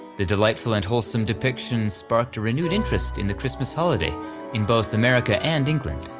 the delightful and wholesome depictions sparked a renewed interest in the christmas holiday in both america and england.